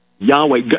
Yahweh